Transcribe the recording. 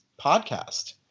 podcast